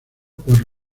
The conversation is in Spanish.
por